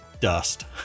dust